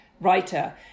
writer